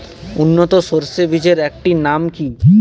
উন্নত সরষে বীজের একটি নাম কি?